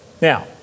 Now